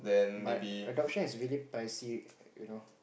but adoption is really pricey you know